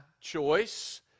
choice